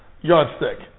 yardstick